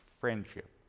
friendship